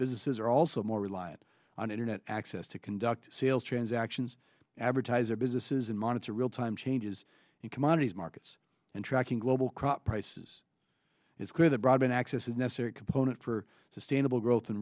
businesses are also more reliant on internet access to conduct sales transactions advertiser businesses and monitor real time changes in commodities markets and tracking global crop prices is clear that broadband access is a necessary component for sustainable growth in